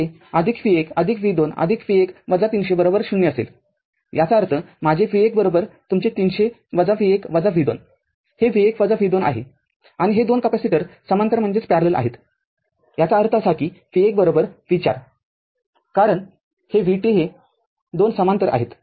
तरते v१ v२ v१ ३००० असेलयाचा अर्थमाझे v१तुमचे ३०० v१ v२ हे v१ v२ आहे आणि हे २ कॅपेसिटर समांतर आहेत याचा अर्थ असा की v१ v 4 कारण हे vt हे २ समांतर आहेत